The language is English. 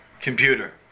computer